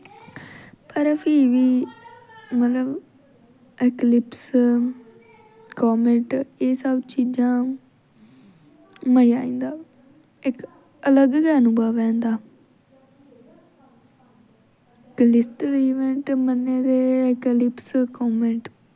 पर फ्ही बी मतलब ऐकलिप्स कोंमैंट एह् सब चीजां मज़ा आई जंदा इक अलग गै अनुभव ऐ इंदा कलिस्टल इवेंट मन्ने दे कलिप्स कोंमैंट